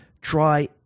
try